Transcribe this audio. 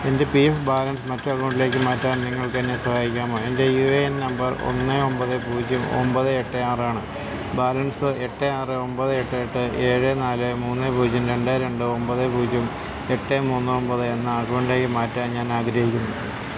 എൻ്റെ P F balance മറ്റൊരു അക്കൗണ്ടിലേക്ക് മാറ്റാൻ നിങ്ങൾക്കെന്നെ സഹായിക്കാമോ എൻ്റെ യു എ എൻ നമ്പർ ഒന്ന് ഒമ്പത് പൂജ്യം ഒമ്പത് എട്ട് ആറാണ് ബാലൻസ് എട്ട് ആറ് ഒമ്പത് എട്ട് എട്ട് ഏഴ് നാല് മൂന്ന് പൂജ്യം രണ്ട് രണ്ട് ഒമ്പത് പൂജ്യം എട്ട് മൂന്ന് ഒമ്പത് എന്ന അക്കൗണ്ടിലേക്ക് മാറ്റാൻ ഞാനാഗ്രഹിക്കുന്നു